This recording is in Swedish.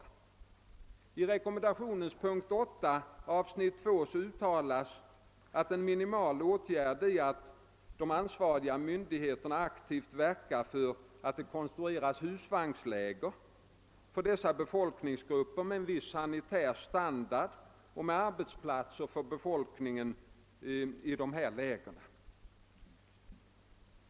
I andra avsnittet av rekommendationens punkt 8 uttalas att en minimal åtgärd är att de ansvariga myndigheterna aktivt verkar för att det konstrueras husvagnsläger för dessa befolkningsgrupper med en viss sanitär standard och med arbetsplatser för dem.